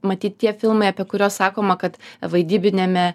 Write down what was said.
matyt tie filmai apie kuriuos sakoma kad vaidybiniame